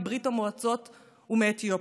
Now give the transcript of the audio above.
מברית המועצות ומאתיופיה.